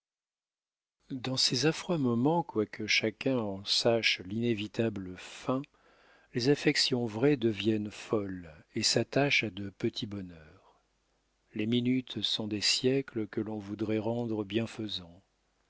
dans ces affreux moments quoique chacun en sache l'inévitable fin les affections vraies deviennent folles et s'attachent à de petits bonheurs les minutes sont des siècles que l'on voudrait rendre bienfaisants